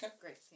Great